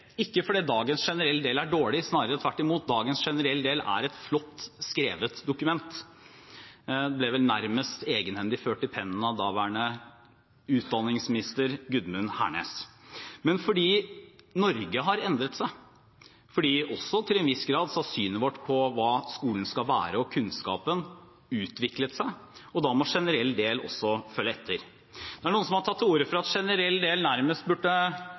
ikke fordi dagens generelle del er dårlig – snarere tvert imot, dagens generelle del er et flott skrevet dokument, som vel nærmest egenhendig ble ført i pennen av daværende utdanningsminister Gudmund Hernes. Men fordi Norge har endret seg, fordi – til en viss grad – synet vårt på hva skolen skal være, og kunnskapen har utviklet seg, må generell del også følge etter. Det er noen som har tatt til orde for at generell del nærmest burde